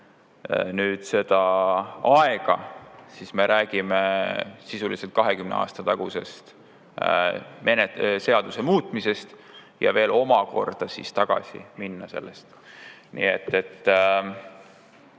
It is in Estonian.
Ehk siis tegelikult me räägime sisuliselt 20 aasta tagusest seaduse muutmisest ja veel omakorda siis tagasi minna sellest [ajast].